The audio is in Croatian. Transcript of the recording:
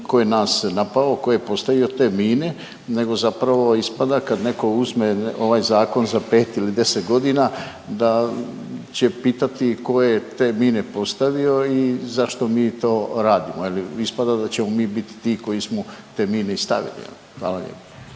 tko je nas napao, tko je postavio te mine, nego zapravo ispada kad netko uzme ovaj zakon za pet ili deset godina, da će pitati tko je te mine postavio i zašto mi to radimo. Je li, ispada da ćemo mi biti ti koji smo te mine i stavili. Hvala lijepo.